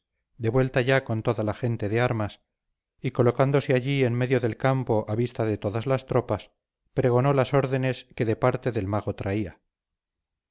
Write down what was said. de vuelta ya con toda la gente de armas y colocándose allí en medio del campo a vista de todas las tropas pregonó las órdenes que de parte del mago traía